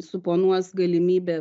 suponuos galimybę